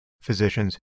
physicians